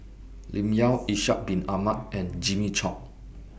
Lim Yau Ishak Bin Ahmad and Jimmy Chok